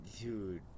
Dude